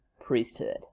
Priesthood